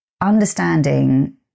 understanding